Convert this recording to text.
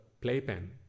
playpen